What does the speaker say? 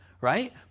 right